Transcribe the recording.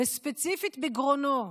וספציפית בגרונו,